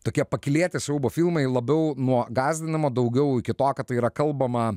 tokie pakylėti siaubo filmai labiau nuo gąsdinamo daugiau iki to kad tai yra kalbama